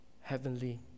heavenly